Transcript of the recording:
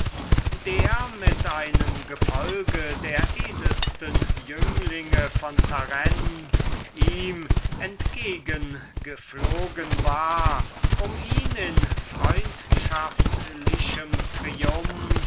der mit einem gefolge der edelsten jünglinge von tarent ihm entgegengeflogen war um ihn in einer art von freundschaftlichem triumph